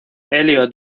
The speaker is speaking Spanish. elliot